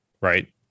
Right